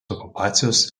okupacijos